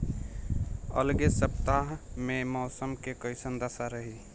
अलगे सपतआह में मौसम के कइसन दशा रही?